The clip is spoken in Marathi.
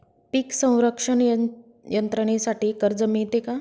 पीक संरक्षण यंत्रणेसाठी कर्ज मिळते का?